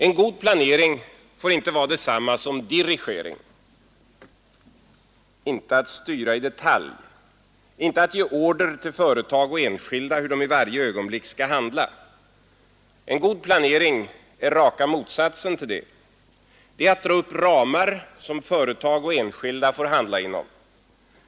En god planering får inte vara detsamma som dirigering, inte att styra i detalj, inte att ge order till företag och enskilda om hur de i varje ögonblick skall handla. En god planering är raka motsatsen till detta. Det är att dra upp ramar som företag och enskilda får handla inom.